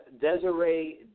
Desiree